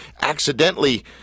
accidentally